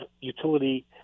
utility